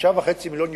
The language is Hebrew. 5.5 מיליוני יהודים,